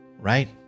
right